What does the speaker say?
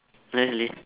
really